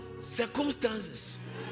circumstances